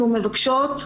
אנחנו מבקשות,